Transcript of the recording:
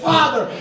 Father